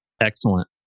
Excellent